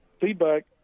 feedback